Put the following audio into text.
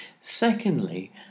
Secondly